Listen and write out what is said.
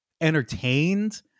entertained